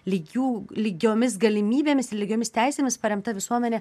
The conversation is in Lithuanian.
lygių lygiomis galimybėmis lygiomis teisėmis paremta visuomenė